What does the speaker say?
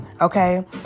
okay